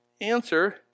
answer